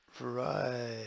Right